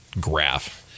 graph